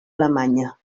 alemanya